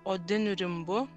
odiniu rimbu